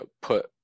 put